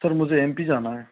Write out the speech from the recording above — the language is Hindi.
सर मुझे एम पी जाना है